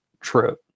true